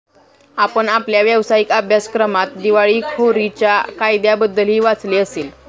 आपण आपल्या व्यावसायिक अभ्यासक्रमात दिवाळखोरीच्या कायद्याबद्दलही वाचले असेल